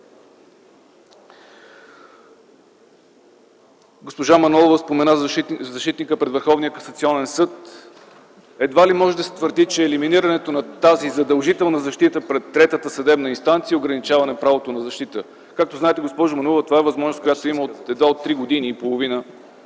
Госпожа Манолова спомена защитника пред Върховния касационен съд. Едва ли може да се твърди, че елиминирането на тази задължителна защита пред третата съдебна инстанция е ограничаване правото на защита. Както знаете, госпожо Манолова, това е възможност, която я има едва от три години и половина.